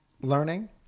learning